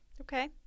Okay